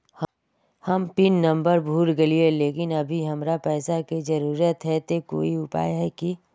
हम pin number भूल गेलिये लेकिन अभी हमरा पैसा के जरुरत है ते कोई उपाय है की?